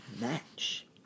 match